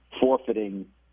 forfeiting